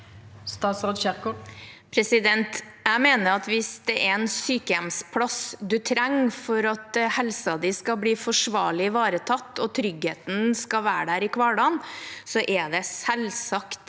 Ingvild Kjerkol Jeg mener at hvis det er en sykehjemsplass man trenger for at helsen skal bli forsvarlig ivaretatt, og tryggheten skal være der i hverdagen, er det selvsagt